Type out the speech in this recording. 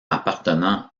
appartenant